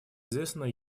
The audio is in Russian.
известна